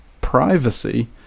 privacy